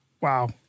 Wow